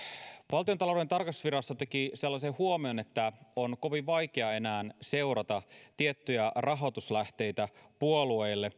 valtiontalouden tarkastusvirasto teki sellaisen huomion että on kovin vaikea enää seurata tiettyjä puolueiden rahoituslähteitä